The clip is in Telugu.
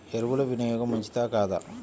ఎరువుల వినియోగం మంచిదా కాదా?